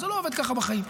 זה לא עובד ככה בחיים.